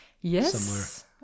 Yes